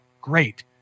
great